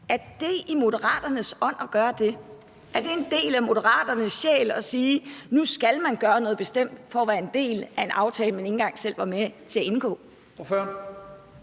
Er det i Moderaternes ånd at gøre det? Er det en del af Moderaternes sjæl at sige, at nu skal partierne gøre noget bestemt for at være en del af en aftale, man ikke engang selv var med til at indgå?